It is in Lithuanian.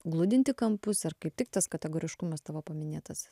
gludinti kampus ar kaip tik tas kategoriškumas tavo paminėtas